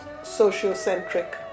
sociocentric